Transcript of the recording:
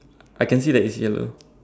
I can see that it's yellow